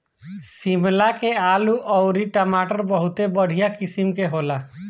शिमला के आलू अउरी टमाटर बहुते बढ़िया किसिम के होला